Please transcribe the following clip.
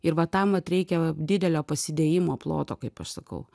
ir va tam vat reikia didelio pasidėjimo ploto kaip aš sakau